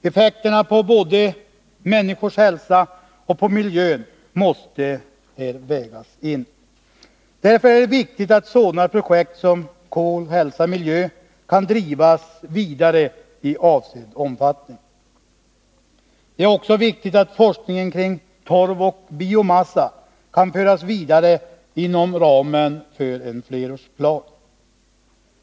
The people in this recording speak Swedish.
Effekterna både på människors hälsa och på miljön måste vägas in. Därför är det viktigt att sådana projekt som Kol-Hälsa-Miljö kan drivas vidare i avsedd omfattning. Det är också viktigt att forskningen kring torv och biomassa kan föras vidare inom ramen för en flerårsplan.